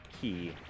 key